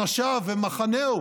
אנשיו ומחנהו